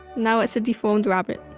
now it's a deformed rabbit